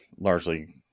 largely